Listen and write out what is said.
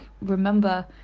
remember